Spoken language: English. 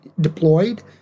deployed